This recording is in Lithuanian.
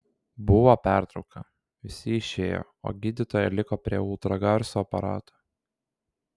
buvo pertrauka visi išėjo o gydytoja liko prie ultragarso aparato